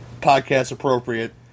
podcast-appropriate